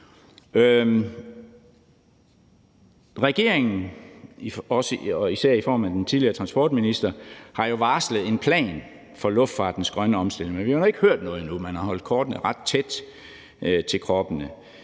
Regeringen, især i form af den tidligere transportminister, har jo varslet en plan for luftfartens grønne omstilling, men vi har nu ikke hørt noget endnu. Man har holdt kortene ret tæt ind til kroppen.